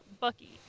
Bucky